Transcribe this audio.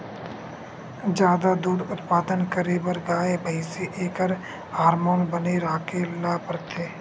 जादा दूद उत्पादन करे बर गाय, भइसी एखर हारमोन बने राखे ल परथे